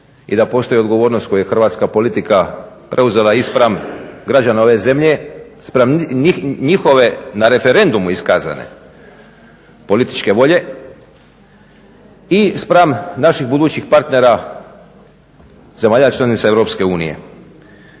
i da postoji odgovornost koju je hrvatska politika preuzela i spram građana ove zemlje i spram njihove na referendumu iskazane političke volje i spram naših budućih partnera zemlja članica EU. Ovaj